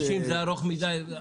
60 זה ארוך מדי.